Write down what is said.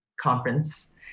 conference